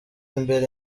imbere